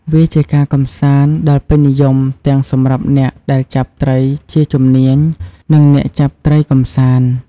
វាជាការកម្សាន្តដែលពេញនិយមទាំងសម្រាប់អ្នកដែលចាប់ត្រីជាជំនាញ និងអ្នកចាប់ត្រីកម្សាន្ត។